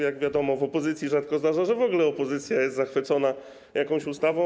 Jak wiadomo, w opozycji rzadko się zdarza, że w ogóle opozycja jest zachwycona jakąś ustawą.